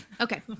okay